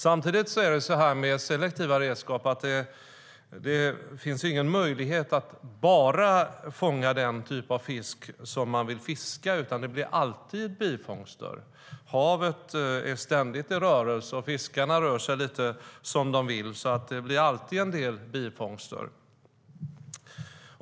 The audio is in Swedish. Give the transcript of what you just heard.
Samtidigt är det så med selektiva redskap att det inte finns möjlighet att fånga enbart den typ av fisk man vill fiska, utan det blir alltid bifångster. Havet är ständigt i rörelse, och fiskarna rör sig lite som de vill. Det blir alltså alltid en del bifångster.